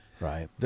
Right